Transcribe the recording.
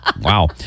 Wow